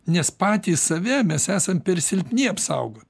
nes patys save mes esam per silpni apsaugot